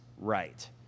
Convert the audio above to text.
Right